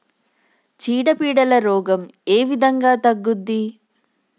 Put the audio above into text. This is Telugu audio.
చీడ పీడల రోగం ఏ విధంగా తగ్గుద్ది?